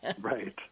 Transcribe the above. Right